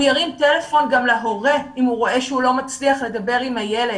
הוא ירים טלפון גם להורה אם הוא רואה שהוא לא מצליח לדבר עם הילד,